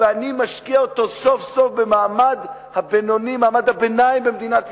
ואני משקיע אותו סוף-סוף במעמד הביניים במדינת ישראל,